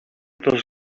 those